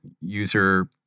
user